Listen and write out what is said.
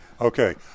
Okay